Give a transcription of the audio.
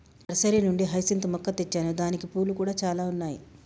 nursery నుండి hyacinth మొక్క తెచ్చాను దానికి పూలు కూడా చాల ఉన్నాయి